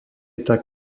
tak